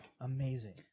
Amazing